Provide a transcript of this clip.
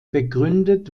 begründet